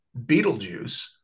Beetlejuice